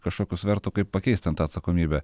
kažkokių svertų kaip pakeist ten tą atsakomybę